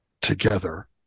together